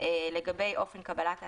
לגבי אופן קבלת ההסכמה.